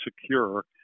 secure